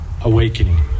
Awakening